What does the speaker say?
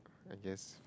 I guess